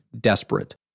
desperate